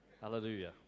Hallelujah